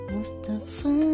Mustafa